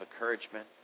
encouragement